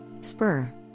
Spur